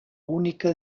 única